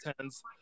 tens